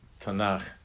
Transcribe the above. Tanakh